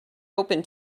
open